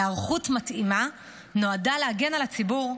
היערכות מתאימה נועדה להגן על הציבור,